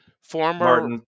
Former